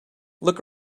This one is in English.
look